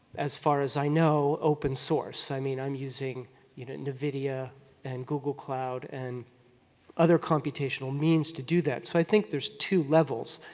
as far as i know, open source. i mean, i'm using you know nvidia and google cloud and other computational means to do that. so, i think there's two levels.